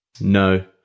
No